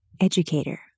educator